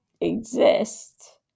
exist